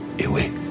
away